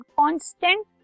constant